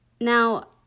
Now